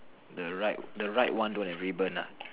the right the right one don't have ribbon nah